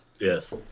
Yes